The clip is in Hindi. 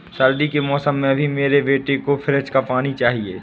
सर्दी के मौसम में भी मेरे बेटे को फ्रिज का पानी चाहिए